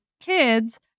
kids